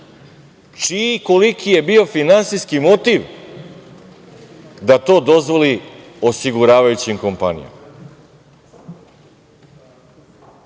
čiji i koliki je bio finansijski motiv, da to dozvoli osiguravajućim kompanijama?